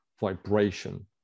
vibration